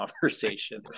conversation